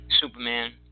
Superman